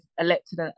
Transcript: elected